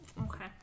Okay